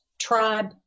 tribe